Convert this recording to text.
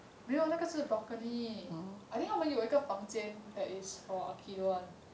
没有那个是 balcony I think 他们有一个房间 that is for aikido [one]